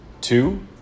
Two